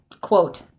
quote